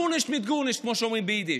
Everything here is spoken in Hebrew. גורנישט מיט גורנישט, כמו שאומרים ביידיש.